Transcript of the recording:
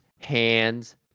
hands